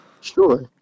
Sure